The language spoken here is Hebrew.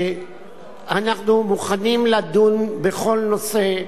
אנחנו מוכנים לדון בכל נושא.